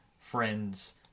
friends